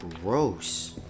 gross